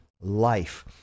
life